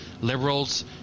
Liberals